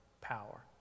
power